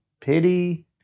pity